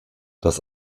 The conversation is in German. das